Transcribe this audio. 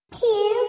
Two